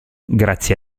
grazie